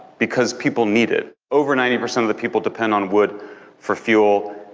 because people need it. over ninety percent of the people depend on wood for fuel.